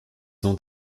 ont